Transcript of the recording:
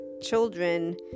children